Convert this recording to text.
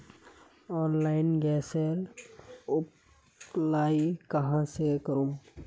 Online गैसेर apply कहाँ से करूम?